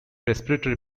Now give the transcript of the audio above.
respiratory